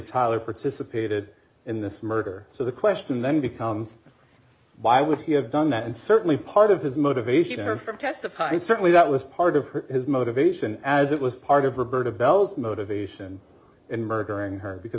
tyler participated in this murder so the question then becomes why would he have done that and certainly part of his motivation here from testify certainly that was part of his motivation as it was part of roberta bell's motivation in murdering her because